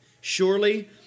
Surely